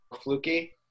fluky